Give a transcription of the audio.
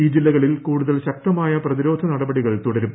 ഈ ജില്ലകളിൽ കൂടുതൽ ശക്തമായ പ്രതിരോധ നടപടികൾ തുടരും